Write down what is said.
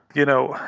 you know,